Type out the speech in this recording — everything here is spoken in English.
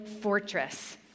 fortress